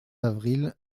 avril